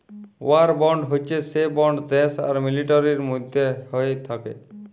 war bond হচ্যে সে bond দ্যাশ আর মিলিটারির মধ্যে হ্য়েয় থাক্যে